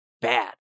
bad